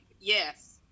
Yes